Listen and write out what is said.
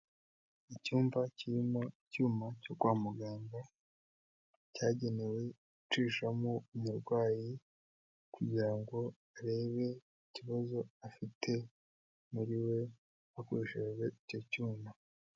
Icyumba kirimo icyuma cyo kwa muganga cyagenewe gucishamo umurwayi kugira ngo barebe ikibazo afite muri we hakoreshejwe icyo cyuma.